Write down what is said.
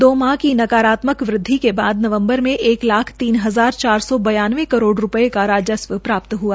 दो माह की नकारात्मक वृद्वि के बाद नवम्बर में एक लाख तीन हजार चार सौ बयानवे करोड़ रूपये का राजस्व प्राप्त हआ